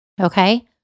Okay